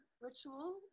ritual